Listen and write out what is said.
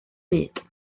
byd